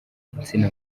insina